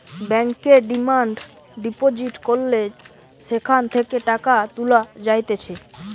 ব্যাংকে demand deposit করলে সেখান থেকে টাকা তুলা যাইতেছে